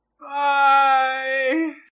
Bye